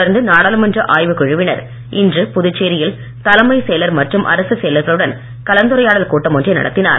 தொடர்ந்து நாடாளுமன்ற ஆய்வுக் குழுவினர் இன்று புதுச்சேரியில் தலைமைச் செயலர் மற்றும் அரசுச் செயலர்களுடன் கலந்துரையாடல் கூட்டம் ஒன்றை நடத்தினார்